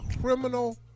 criminal